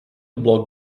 block